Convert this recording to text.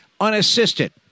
unassisted